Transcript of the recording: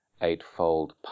eightfold